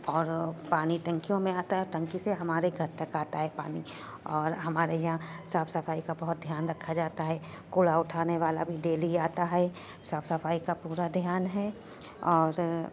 اور پانی ٹنکیوں میں آتا ہے اور ٹنکی سے ہمارے گھر تک آتا ہے پانی اور ہمارے یہاں صاف صفائی کا بہت دھیان رکھا جاتا ہے کوڑا اٹھانے والا بھی ڈیلی آتا ہے صاف صفائی کا پورا دھیان ہے اور